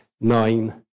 nine